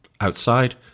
outside